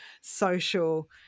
social